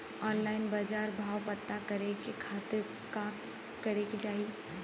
Online बाजार भाव पता करे के खाती का करे के चाही?